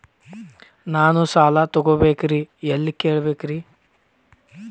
ನಾನು ಸಾಲ ತೊಗೋಬೇಕ್ರಿ ಎಲ್ಲ ಕೇಳಬೇಕ್ರಿ?